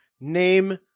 Name